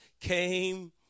came